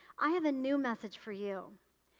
i have a new message for you.